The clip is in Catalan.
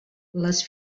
les